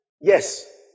Yes